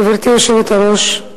גברתי היושבת-ראש,